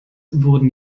wurden